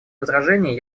возражений